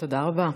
תודה רבה.